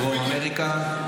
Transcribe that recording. דרום אמריקה?